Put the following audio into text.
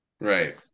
Right